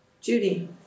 Judy